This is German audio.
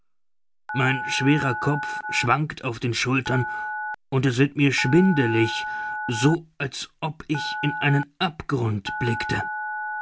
mein schwerer kopf schwankt auf den schultern und es wird mir schwindelig so als ob ich in einen abgrund blickte